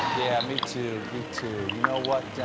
yeah me, too, me, too. you know what,